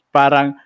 parang